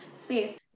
space